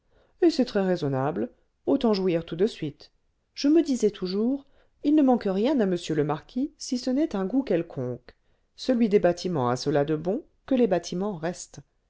et c'est très-raisonnable autant jouir tout de suite je me disais toujours il ne manque rien à monsieur le marquis si ce n'est un goût quelconque celui des bâtiments a cela de bon que les bâtiments restent